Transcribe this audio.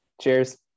Cheers